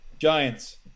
Giants